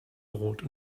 brot